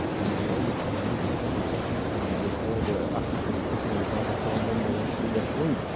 and you get all the chinese in front of washington, and you get all the africans sitting in front of london, they want to see their queen.